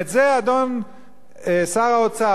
אדון שר האוצר,